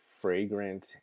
fragrant